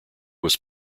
was